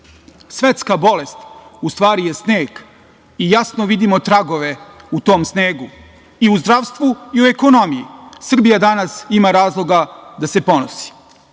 pre. Svetska bolest, u stvari je sneg i jasno vidimo tragove u tom snegu. I u zdravstvu i u ekonomiji Srbija danas ima razloga da se ponosi.